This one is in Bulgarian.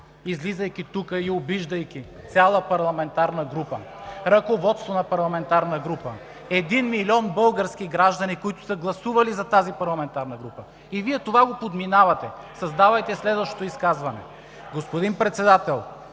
излизайки тук и обиждайки цяла парламентарна група (шум и реплики от ГЕРБ), ръководство на парламентарна група, един милион български граждани, които са гласували за тази парламентарна група, и Вие това го подминавате с: „давайте следващото изказване“. Господин Председател,